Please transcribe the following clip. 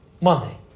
Monday